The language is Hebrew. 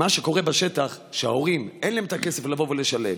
מה שקורה בשטח הוא שלהורים אין הכסף לבוא ולשלם.